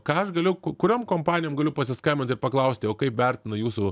ką aš galiu kuriom kompanijom galiu pasiskambint ir paklausti o kaip vertina jūsų